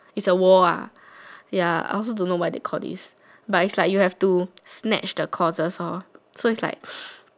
it's a war ah ya I also don't know why they call this but it's like you have to snatch the courses lor so it's like